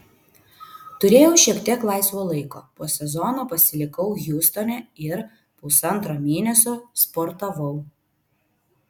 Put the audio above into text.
turėjau šiek tiek laisvo laiko po sezono pasilikau hjustone ir pusantro mėnesio sportavau